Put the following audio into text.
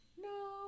No